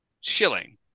shilling